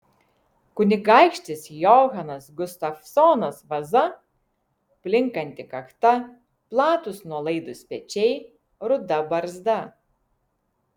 kunigaikštis johanas gustavsonas vaza plinkanti kakta platūs nuolaidūs pečiai ruda barzda